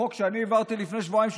חוק שאני העברתי לפני שבועיים,